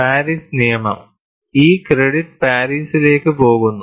Paris നിയമം ഈ credit പാരീസിലേക്ക് പോകുന്നു